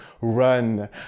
run